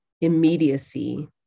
immediacy